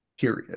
period